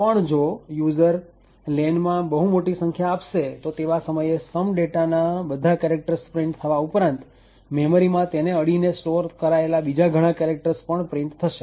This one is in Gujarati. પણ જો યુઝર lenમાં બહુ મોટી સંખ્યા આપશે તો તેવા સમયે some dataના બધા કેરેક્ટર્સ પ્રિન્ટ થવા ઉપરાંત મેમરી માં તેને અડીને સ્ટોર કરાયેલા બીજા ઘણા કેરેક્ટર્સ પણ પ્રિન્ટ થશે